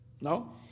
No